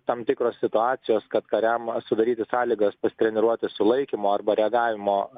tam tikros situacijos kad kariam sudaryti sąlygas pasitreniruoti sulaikymo arba reagavimo